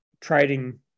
trading